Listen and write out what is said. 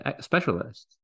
specialists